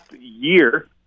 year